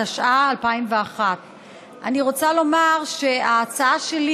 התשע"ה 2001. אני רוצה לומר שההצעה שלי